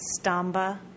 Stamba